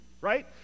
right